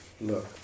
look